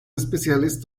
especiales